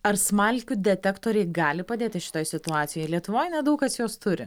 ar smalkių detektoriai gali padėti šitoj situacijoj lietuvoj nedaug kas juos turi